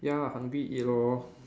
ya hungry eat lor